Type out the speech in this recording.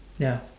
ya